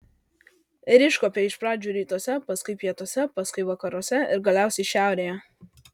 ir iškuopė iš pradžių rytuose paskui pietuose paskui vakaruose ir galiausiai šiaurėje